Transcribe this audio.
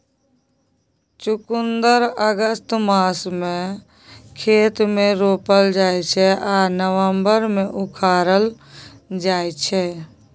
चुकंदर अगस्त मासमे खेत मे रोपल जाइ छै आ नबंबर मे उखारल जाइ छै